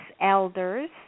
Elders